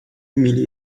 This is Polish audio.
mieli